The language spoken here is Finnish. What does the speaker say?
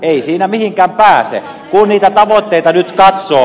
ei siitä mihinkään pääse kun niitä tavoitteita nyt katsoo